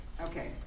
Okay